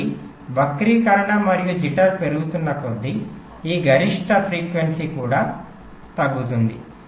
కాబట్టి వక్రీకరణ మరియు జిట్టర్ పెరుగుతున్న కొద్దీ మీ గరిష్ట frequency కూడా తగ్గుతుంది